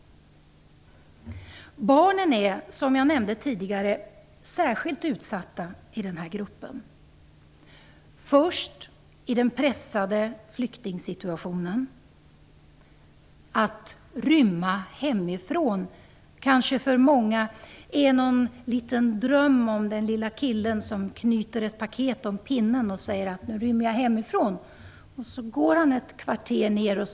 Barnen är, som jag tidigare nämnt, särskilt utsatta i den här gruppen; först i den pressade flyktingsituationen. Att rymma hemifrån är kanske för många en liten dröm om den lille killen som knyter ett paket om pinnen och säger: Nu rymmer jag hemifrån. Han går ett kvarter bort.